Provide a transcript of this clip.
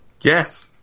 Yes